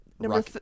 Number